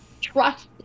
Trust